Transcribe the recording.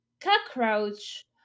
cockroach